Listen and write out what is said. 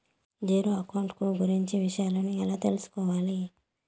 Zero account కు గురించి విషయాలను ఎలా తెలుసుకోవాలి?